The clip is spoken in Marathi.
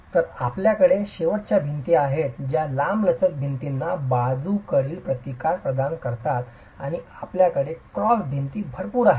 तर आपल्याकडे शेवटच्या भिंती आहेत ज्या लांबलचक भिंतींना बाजूकडील प्रतिकार प्रदान करतात आणि आपल्याकडे क्रॉस भिंती भरपूर आहेत